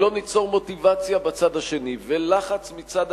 אם לא ניצור מוטיבציה בצד השני ולחץ מצד